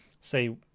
say